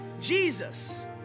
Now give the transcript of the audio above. Jesus